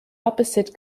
opposite